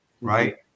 right